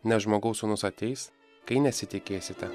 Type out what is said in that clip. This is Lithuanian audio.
nes žmogaus sūnus ateis kai nesitikėsite